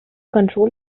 control